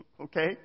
okay